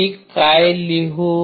मी काय लिहू